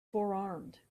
forearmed